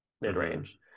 mid-range